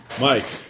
Mike